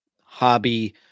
hobby